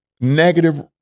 negative